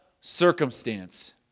circumstance